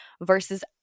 versus